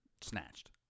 snatched